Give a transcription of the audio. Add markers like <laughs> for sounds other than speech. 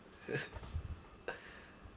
<laughs>